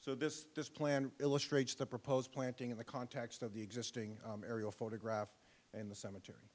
so this is just plan illustrates the proposed planting in the context of the existing aerial photograph in the cemetery